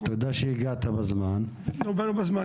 בבקשה.